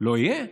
לא יהיה?